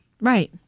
Right